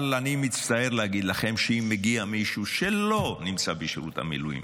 אבל אני מצטער להגיד לכם שאם מגיע מישהו שלא נמצא בשירות המילואים